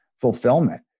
fulfillment